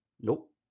Nope